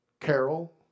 carol